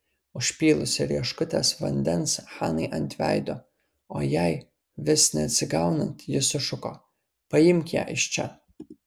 užpylusi rieškutes vandens hanai ant veido o jai vis neatsigaunant ji sušuko paimk ją iš čia